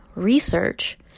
Research